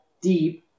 deep